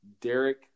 Derek